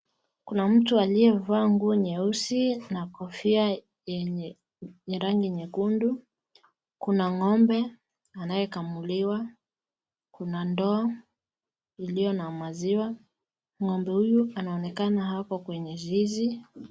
Kuna mtu aliyevaa nguo nyeusi na kofia yenye rangi nyekundu, kuna ng'ombe anayekamuliwa, kuna ndoo iliyo na maziwa, ng'ombe huyu anaonekana ako kwenye zizi.